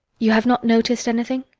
you have not noticed anything